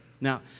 Now